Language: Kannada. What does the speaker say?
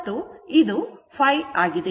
ಮತ್ತು ಇದು ϕ ಆಗಿದೆ